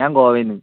ഞാൻ ഗോവയിൽ നിന്ന്